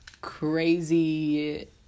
crazy